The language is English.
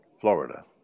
Florida